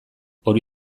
hori